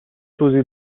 توضیح